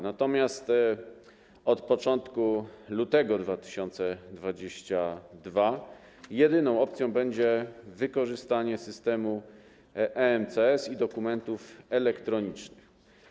Natomiast od początku lutego 2022 r. jedyną opcją będzie wykorzystanie systemu EMCS i dokumentów elektronicznych.